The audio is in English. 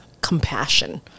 compassion